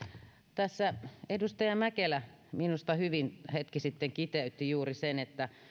tässä edustaja mäkelä minusta hyvin hetki sitten kiteytti juuri sen että